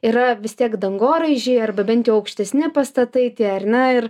yra vis tiek dangoraižiai arba bent jau aukštesni pastatai tie ar ne ir